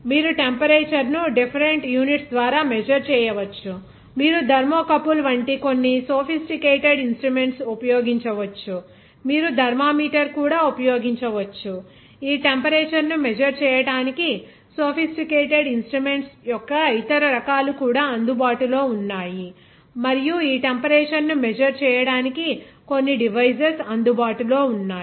మీరు టెంపరేచర్ ను different units ద్వారా మెజర్ చేయవచ్చు మీరు థర్మోకపుల్ వంటి కొన్ని సొఫిస్టికేటెడ్ ఇన్స్ట్రుమెంట్స్ ఉపయోగించవచ్చుమీరు థర్మామీటర్ కూడా ఉపయోగించవచ్చు ఈ టెంపరేచర్ ను మెజర్ చేయడానికి సొఫిస్టికేటెడ్ ఇన్స్ట్రుమెంట్స్ యొక్క ఇతర రకాలు కూడా అందుబాటులో ఉన్నాయి మరియు ఈ టెంపరేచర్ ను మెజర్ చేయడానికి కొన్ని డివైసెస్ అందుబాటులో ఉన్నాయి